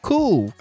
Cool